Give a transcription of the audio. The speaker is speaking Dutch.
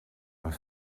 een